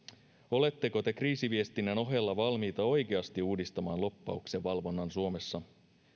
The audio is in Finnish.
oletteko te kriisiviestinnän ohella valmiita oikeasti uudistamaan lobbauksen valvonnan suomessa